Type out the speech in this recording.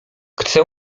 chcę